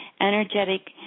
energetic